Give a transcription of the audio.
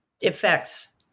effects